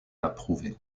approuvée